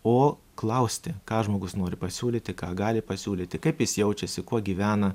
o klausti ką žmogus nori pasiūlyti ką gali pasiūlyti kaip jis jaučiasi kuo gyvena